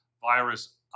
virus